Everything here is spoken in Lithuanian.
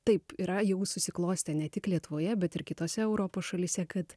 taip yra jau susiklostę ne tik lietuvoje bet ir kitose europos šalyse kad